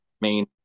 main